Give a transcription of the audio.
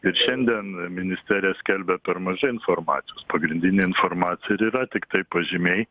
ir šiandien ministerija skelbia per mažai informacijos pagrindinė informacija ir yra tiktai pažymiai